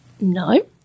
No